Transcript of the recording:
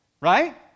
right